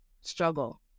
struggle